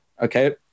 Okay